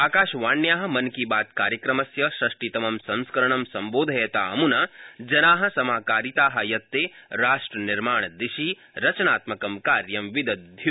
आकाशवाण्या मन की बात कार्यक्रमस्य षष्टितमं संस्करणं सम्बोधयता अमुना जना समाकारिता यत्ते राष्ट्रनिर्माणदिशि रचनात्मकं कार्य विदध्यु